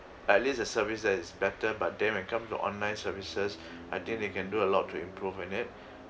at least their service there is better but then when come to online services I think they can do a lot to improving in it